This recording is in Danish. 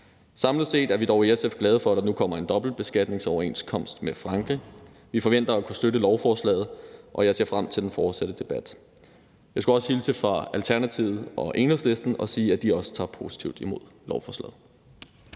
Samlet set er vi dog i SF glade for, at der nu kommer en dobbeltbeskatningsoverenskomst med Frankrig. Vi forventer at kunne støtte lovforslaget, og jeg ser frem til den fortsatte debat. Jeg skulle også hilse fra Alternativet og Enhedslisten og sige, at de også tager positivt imod lovforslaget.